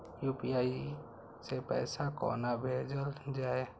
UPI सै पैसा कोना भैजल जाय?